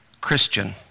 Christian